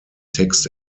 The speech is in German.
text